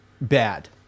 bad